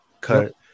cut